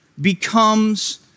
becomes